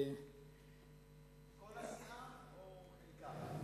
כל הסיעה או חלקה?